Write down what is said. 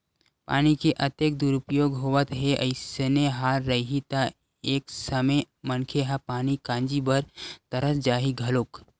पानी के अतेक दुरूपयोग होवत हे अइसने हाल रइही त एक समे मनखे ह पानी काजी बर तरस जाही घलोक